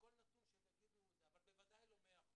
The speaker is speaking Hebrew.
וכל נתון שתגידו, אבל בוודאי לא מאה אחוז.